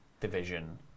division